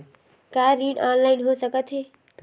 का ऋण ऑनलाइन हो सकत हे?